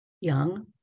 young